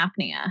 apnea